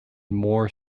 more